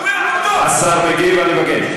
הוא אומר עובדות, השר מגיב, אני מבקש.